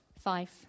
Five